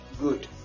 good